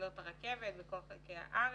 ומסילות בכל חלקי הארץ.